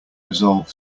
resolve